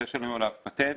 שיש לנו עליו פטנט,